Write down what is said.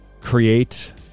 create